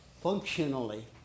functionally